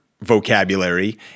vocabulary